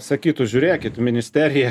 sakytų žiūrėkit ministerija